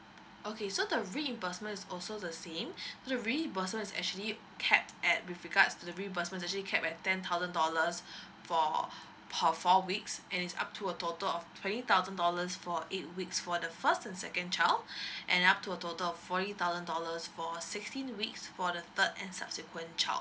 okay so the reimbursement is also the same the reimbursement is actually cap at with regards to the reimbursement will actually cap at ten thousand dollars for per four weeks and is up to a total of twenty thousand dollars for eight weeks for the first and second child and up to a total of forty thousand dollars for sixteen weeks for the third and subsequent child